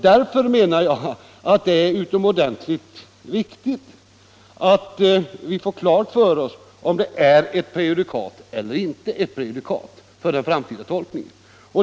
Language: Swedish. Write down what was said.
Därför menar jag att det är utomordentligt viktigt för den framtida tolkningen att få klarlagt om beslutet är ett prejudikat eller inte.